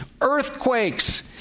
earthquakes